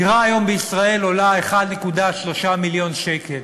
דירה היום בישראל עולה 1.3 מיליון שקלים.